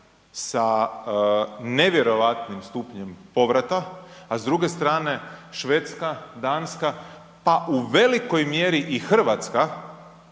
sa nevjerojatnim stupnjem povrata, a s druge strane, Švedska, Danska, pa u velikoj mjeri i Hrvatska,